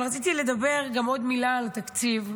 אבל רציתי לדבר גם עוד מילה על תקציב,